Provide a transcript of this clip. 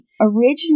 originally